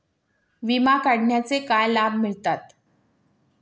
विमा काढण्याचे काय लाभ मिळतात?